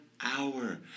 hour